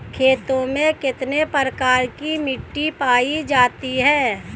खेतों में कितने प्रकार की मिटी पायी जाती हैं?